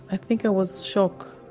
i think i was shock,